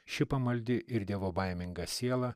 ši pamaldi ir dievobaiminga siela